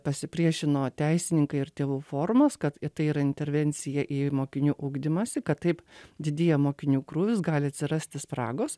pasipriešino teisininkai ir tėvų forumas kad tai yra intervencija į mokinių ugdymąsi kad taip didėja mokinių krūvis gali atsirasti spragos